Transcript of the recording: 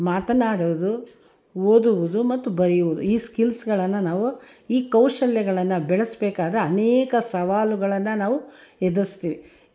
ಮಾತನಾಡುವುದು ಓದುವುದು ಮತ್ತು ಬರೆಯುವುದು ಈ ಸ್ಕಿಲ್ಸ್ಗಳನ್ನು ನಾವು ಈ ಕೌಶಲ್ಯಗಳನ್ನು ಬೆಳೆಸ್ಬೇಕಾದ್ರೆ ಅನೇಕ ಸವಾಲುಗಳನ್ನು ನಾವು ಎದುರಿಸ್ತೀವಿ